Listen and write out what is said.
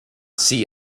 see